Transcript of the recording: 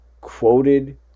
quoted